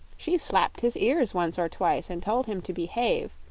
she slapped his ears once or twice and told him to behave,